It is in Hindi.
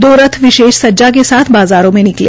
दो रथ विशेष सज्जा के साथ बाज़ारों में निकले